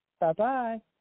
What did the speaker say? Bye-bye